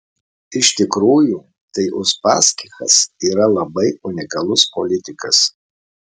iš tikrųjų tai uspaskichas yra labai unikalus politikas